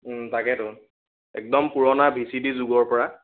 তাকেটো একদম পুৰণা ভি চি ডি যোগৰ পৰা